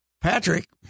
Patrick